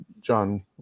John